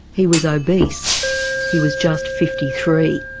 he was obese, he was just fifty three.